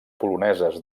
poloneses